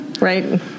right